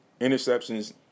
Interceptions